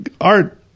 art